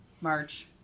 March